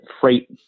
freight